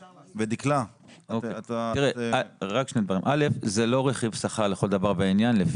ראשית, זה לא רכיב שכר לכל דבר ועניין.